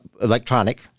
electronic